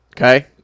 okay